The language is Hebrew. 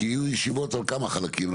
כי יהיו ישיבות על כמה חלקים,